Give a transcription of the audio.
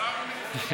אנחנו נצטרף.